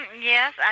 Yes